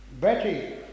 Betty